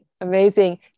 Amazing